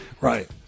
Right